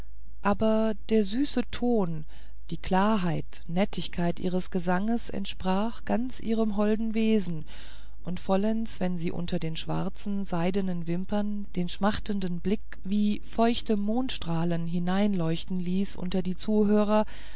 aber der süße ton die klarheit nettigkeit ihres gesanges entsprach ganz ihrem holden wesen und vollends wenn sie unter den schwarzen seidnen wimpern den schmachtenden blick wie feuchten mondesstrahl hineinleuchten ließ unter die zuhörer